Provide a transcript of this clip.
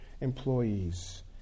employees